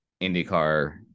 IndyCar